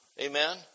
Amen